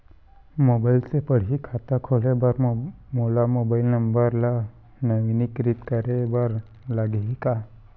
Mobile से पड़ही खाता खोले बर मोला मोबाइल नंबर ल नवीनीकृत करे बर लागही का?